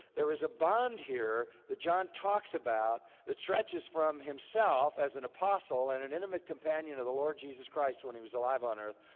there is a bond here that john talks about that stretches from himself as an apostle and an intimate companion of the lord jesus christ when he was alive on earth,